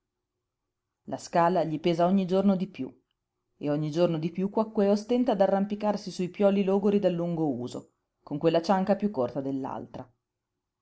la scala gli pesa ogni giorno di piú e ogni giorno di piú quaquèo stenta ad arrampicarsi sui pioli logori dal lungo uso con quella cianca piú corta